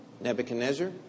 Nebuchadnezzar